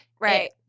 Right